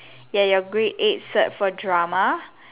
ya ya your grade eight cert for drama